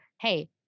hey